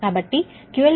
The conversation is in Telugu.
కాబట్టిQL1 1867